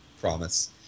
Promise